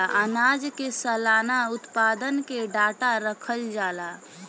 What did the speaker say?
आनाज के सलाना उत्पादन के डाटा रखल जाला